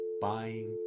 buying